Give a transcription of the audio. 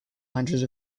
hundreds